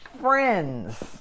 friends